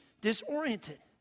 disoriented